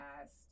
past